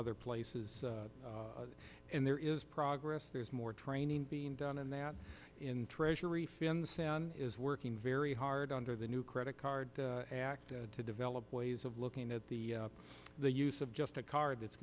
other places and there is progress there's more training being done in that in treasury finn's than is working very hard under the new credit card act to develop ways of looking at the the use of just a card that's